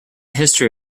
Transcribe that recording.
history